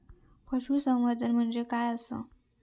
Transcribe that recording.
पशुसंवर्धन म्हणजे काय आसा?